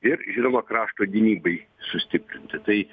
ir žinoma krašto gynybai sustiprinti tai